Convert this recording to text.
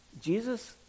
Jesus